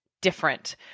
different